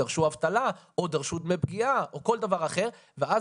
דרשו אבטלה או דרשו דמי פגיעה או כל דבר אחר ואז